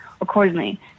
accordingly